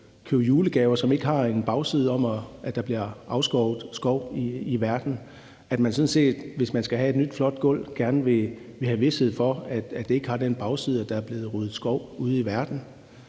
købe julegaver, som ikke har den bagside, at der sker afskovning i verden, og som, hvis man skal have et nyt flot gulv, gerne vil have vished for, at det ikke har den bagside, at der er blevet ryddet skov ude i verden.